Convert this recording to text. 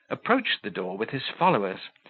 approached the door with his followers,